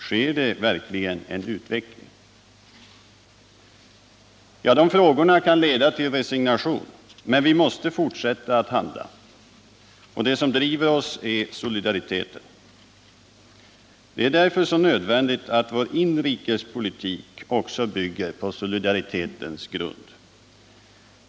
Sker det verkligen en utveckling? Frågorna kan leda till resignation. Men vi måste fortsätta att handla, och det som driver oss är solidariteten. Därför är det nödvändigt att också vår inrikespolitik bygger på solidaritetens grund.